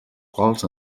quals